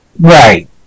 Right